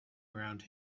around